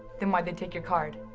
then why'd they take your card?